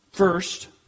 First